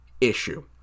issue